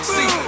See